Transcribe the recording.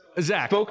Zach